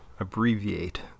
Abbreviate